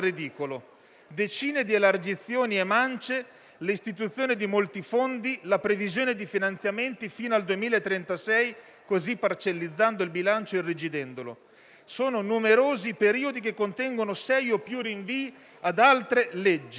Decine di elargizioni e mance. L'istituzione di molti fondi. La previsione di finanziamenti fino al 2036, così parcellizzando il bilancio, irrigidendolo. Sono numerosi periodi, che contengono sei o più rinvii ad altre leggi.